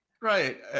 Right